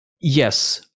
Yes